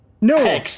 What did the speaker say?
no